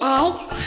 eggs